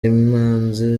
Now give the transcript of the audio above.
imanzi